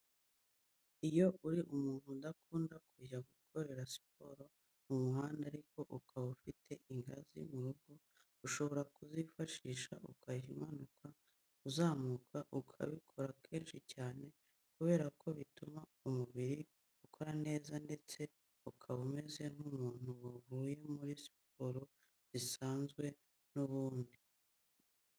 Iyo uri umuntu udakunda kujya gukorera siporo mu muhanda ariko ukaba ufite ingazi mu rugo, ushobora kuzifashisha ukajya umanuka, uzamuka, ukabikora kenshi cyane kubera ko bituma umubiri ukora neza ndetse ukaba umeze nk'umuntu wavuye muri siporo zisanzwe n'ubundi.